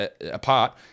apart